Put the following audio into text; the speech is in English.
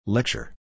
Lecture